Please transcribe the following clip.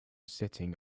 sitting